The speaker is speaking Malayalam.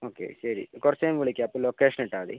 ഓക്കെ ശരി കുറച്ച് കഴിയുമ്പോൾ വിളിക്കാം അപ്പോൾ ലൊക്കേഷൻ ഇട്ടാൽ മതി